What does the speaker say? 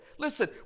Listen